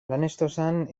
lanestosan